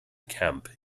camp